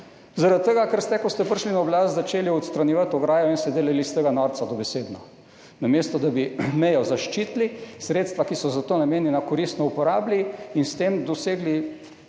tega, ker ste, ko ste prišli na oblast, začeli odstranjevati ograjo in se delali iz tega dobesedno norca, namesto da bi mejo zaščitili, sredstva, ki so za to namenjena, koristno uporabili in s tem dosegli